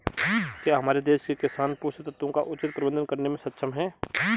क्या हमारे देश के किसान पोषक तत्वों का उचित प्रबंधन करने में सक्षम हैं?